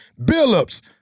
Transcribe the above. Billups